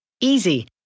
Easy